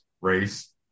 race